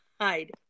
hide